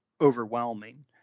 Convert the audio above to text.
overwhelming